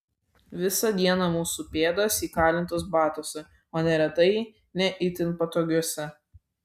visą dieną mūsų pėdos įkalintos batuose o neretai ne itin patogiuose